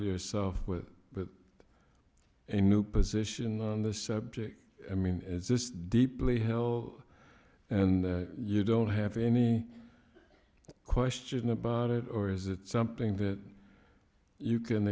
yourself with that a new position on the subject i mean it's just deeply hell and you don't have any question about it or is it something that you can